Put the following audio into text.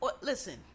listen